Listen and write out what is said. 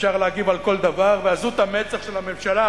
אפשר להגיב על כל דבר, ועזות המצח של הממשלה,